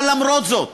אבל למרות זאת